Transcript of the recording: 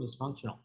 dysfunctional